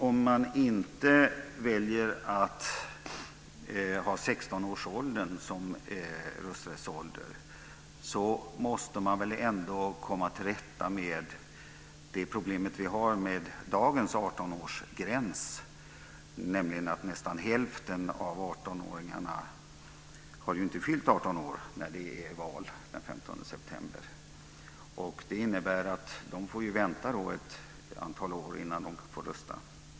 Om man inte väljer att ha 16 år som rösträttsålder måste man ändå komma till rätta med det problem vi har med dagens 18-årsgräns, nämligen att nästan hälften av 18-åringarna inte har fyllt 18 år den 15 september, när det är val. Det innebär att de får vänta ett antal år innan de får rösta.